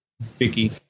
Vicky